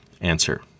Answer